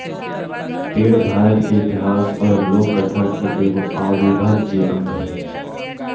पेड़ भारत के इतिहास और लोक कथा के एगो अविभाज्य अंग हइ